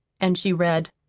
and she read